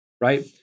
right